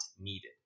needed